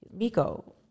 Miko